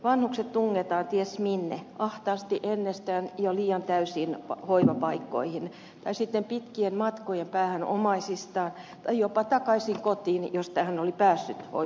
vanhukset tungetaan ties minne ahtaasti ennestään jo liian täysiin hoivapaikkoihin tai sitten pitkien matkojen päähän omaisistaan tai jopa takaisin kotiin josta hän oli päässyt hoivakotiin